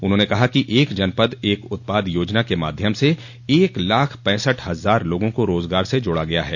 उन्होंने कहा कि एक जनपद एक उत्पाद योजना के माध्यम से एक लाख पैंसठ हजार लोगों को रोजगार से जोड़ा गया है